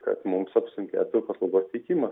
kad mums apsunkėtų paslaugos teikimas